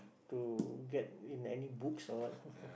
to get in any books or what